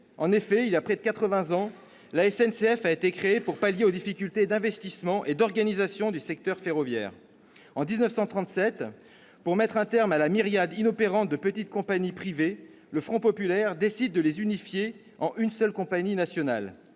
En effet, il y a plus de quatre-vingts ans, la SNCF a été créée pour remédier aux difficultés d'investissements et d'organisation du secteur ferroviaire. En 1937, pour mettre un terme à la myriade inopérante de petites compagnies privées, le Front populaire décide d'unifier celles-ci en une seule compagnie nationale.